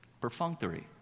perfunctory